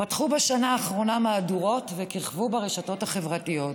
פתחו בשנה האחרונה מהדורות וכיכבו ברשתות החברתיות.